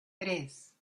tres